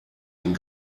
den